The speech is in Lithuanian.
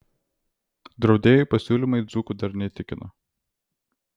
draudėjų pasiūlymai dzūkų dar neįtikino